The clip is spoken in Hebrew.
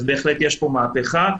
בהחלט יש פה מהפכה.